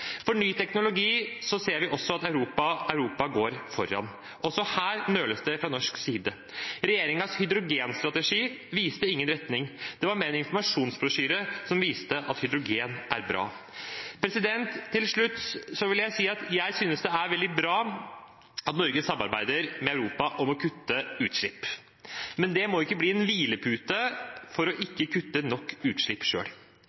ny teknologi, ser vi også at Europa går foran. Også her nøles det fra norsk side. Regjeringens hydrogenstrategi viste ingen retning. Det var mer en informasjonsbrosjyre som viste at hydrogen er bra. Til slutt vil jeg si at jeg synes det er veldig bra at Norge samarbeider med Europa om å kutte utslipp, men det må ikke bli en hvilepute for ikke å